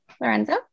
Lorenzo